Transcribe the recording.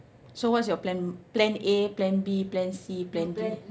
so what's your plan plan A plan B plan C plan D